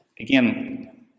again